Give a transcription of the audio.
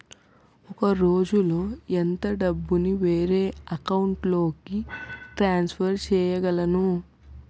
ఒక రోజులో ఎంత డబ్బుని వేరే అకౌంట్ లోకి ట్రాన్సఫర్ చేయగలను?